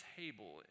table